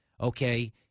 okay